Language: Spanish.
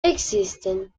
existen